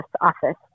office